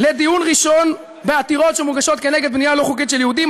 לדיון ראשון בעתירות שמוגשות כנגד בנייה לא חוקית של יהודים,